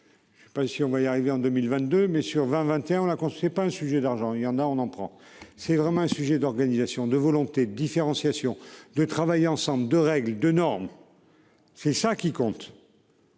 consommé. Pas si on va y arriver en 2022 mai sur 20 21 ans la on c'est pas un sujet d'argent il y en a on en prend, c'est vraiment un sujet d'organisation de volonté différenciation de travailler ensemble de règles de normes. C'est ça qui compte.--